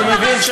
אני מבין,